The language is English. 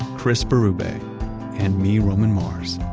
chris berube, ah and me, roman mars.